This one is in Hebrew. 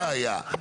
אין בעיה,